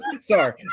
Sorry